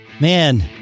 Man